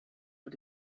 but